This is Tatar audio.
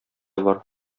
бар